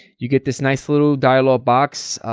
you get this nice little dialog box,